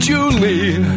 Julie